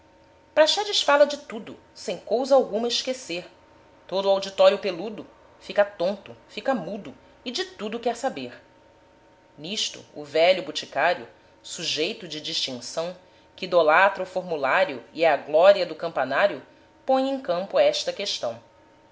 gozar praxedes fala de tudo sem cousa alguma esquecer todo o auditório peludo fica tonto fica mudo e de tudo quer saber nisto o velho boticário sujeito de distinção que idolatra o formulário e é a glória do campanário põe em campo esta questão